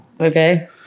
okay